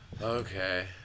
Okay